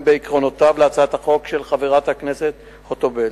בעקרונותיו את הצעת החוק של חברת הכנסת חוטובלי.